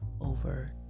over